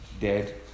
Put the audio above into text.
dead